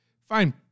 fine